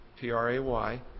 P-R-A-Y